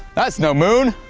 that's no moon